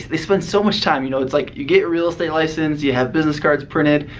they spend so much time. you know, it's like, you get your real estate license, you have business cards printed,